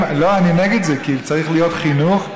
לא, אני נגד זה, כי צריך להיות חינוך.